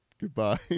Goodbye